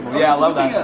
yeah i love that.